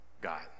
God